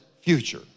future